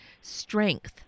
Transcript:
strength